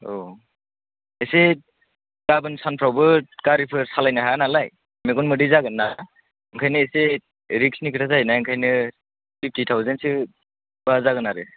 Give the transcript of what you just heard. औ एसे गाबोन सानफोरावबो गारिफोर सालायनो हाया नालाय मेगन मोदै जागोन ना बेनिखायनो एसे रिस्कनि खोथा जायो ना बेनिखायनो फिफ्टि थावजेनसो जागोन आरो